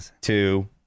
two